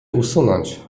usunąć